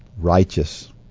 righteous